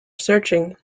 searching